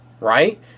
right